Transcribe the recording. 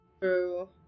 True